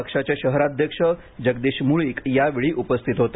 पक्षाचे शहराध्यक्ष जगदीश मुळीक या वेळी उपस्थित होते